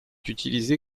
utilisé